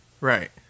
Right